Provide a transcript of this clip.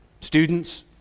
students